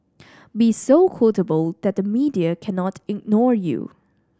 be so quotable that the media cannot ignore you